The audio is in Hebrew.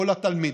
או לתלמיד.